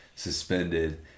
Suspended